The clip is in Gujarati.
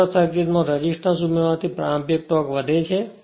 રોટર સર્કિટમાં રેસિસ્ટન્સ ઉમેરવાથી પ્રારંભિક ટોર્ક વધે છે